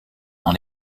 dans